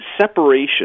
separation